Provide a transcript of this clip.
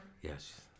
Yes